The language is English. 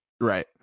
Right